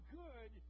good